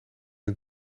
het